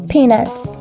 Peanuts